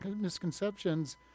misconceptions